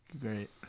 great